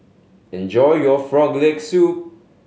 enjoy your Frog Leg Soup